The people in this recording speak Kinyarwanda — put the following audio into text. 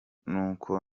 n’uko